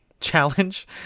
challenge